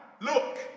look